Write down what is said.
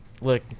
look